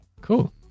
cool